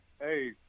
Hey